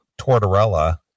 Tortorella